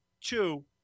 Two